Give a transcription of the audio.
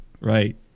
Right